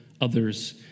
others